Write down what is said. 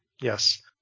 yes